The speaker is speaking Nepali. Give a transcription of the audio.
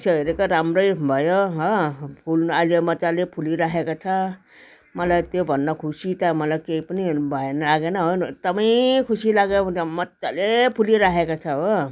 यसो हेरेको राम्रै भयो हो फुल अहिले मज्जाले फुलिराखेको छ मलाई त्योभन्दा खुसी त मलाई केही पनि भएन लागेन एकदमै खुसी लाग्यो मज्जाले फुलिराखेको छ हो